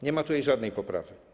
Nie ma tutaj żadnej poprawy.